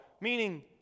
meaning